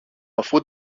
αφού